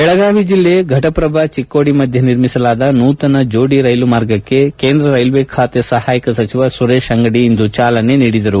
ಬೆಳಗಾವಿ ಜಿಲ್ಲೆ ಫಟಪ್ರಭಾ ಚಿಕ್ಕೋಡಿ ಮಧ್ಯೆ ನಿರ್ಮಿಸಲಾದ ನೂತನ ಜೋಡಿ ರೈಲು ಮಾರ್ಗಕ್ಕೆ ಕೇಂದ್ರ ರೈಲ್ವೆ ಖಾತೆ ಸಹಾಯಕ ಸಚಿವ ಸುರೇಶ್ ಅಂಗಡಿ ಇಂದು ಚಾಲನೆ ನೀಡಿದರು